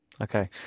Okay